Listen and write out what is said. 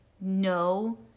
no